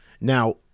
Now